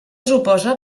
suposa